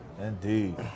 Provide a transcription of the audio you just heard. Indeed